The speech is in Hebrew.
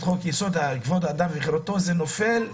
חוק-יסוד: חוק האדם וחירותו זה היה נופל.